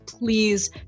Please